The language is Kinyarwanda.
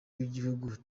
bw’igihugu